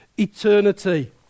eternity